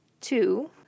two